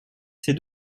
ces